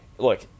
Look